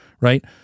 right